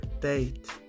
date